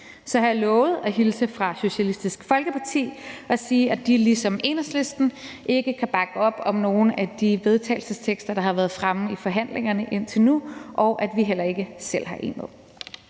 Jeg har lovet at hilse fra Socialistisk Folkeparti og sige, at de ligesom Enhedslisten ikke kan bakke op om nogen af de vedtagelsestekster, der har været fremme i forhandlingerne indtil nu, og at vi heller ikke selv har en med.